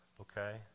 Okay